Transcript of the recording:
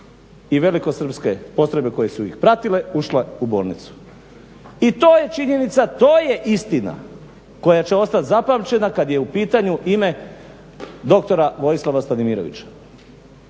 i velikosrpske postrojbe koje su ih pratile ušle u bolnicu. I to je činjenica to je istina koja će ostati zapamćena kada je u pitanju ime dr. Vojislava Stanimirovića.